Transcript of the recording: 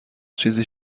چیزی